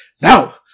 Now